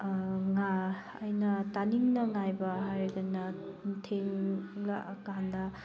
ꯑꯩꯅ ꯇꯥꯅꯤꯡꯅ ꯉꯥꯏꯕ ꯍꯥꯏꯔꯒꯅ ꯊꯦꯡꯂꯛꯑꯀꯥꯟꯗ